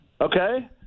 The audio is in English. Okay